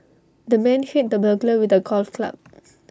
the man hit the burglar with A golf club